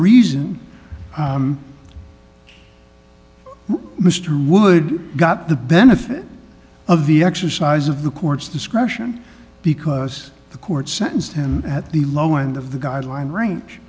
reason mr wood got the benefit of the exercise of the court's discretion because the court sentenced him at the low end of the guideline range